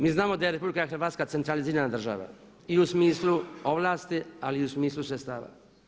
Mi znamo da je RH centralizirana država i u smislu ovlasti ali i u smislu sredstava.